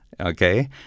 Okay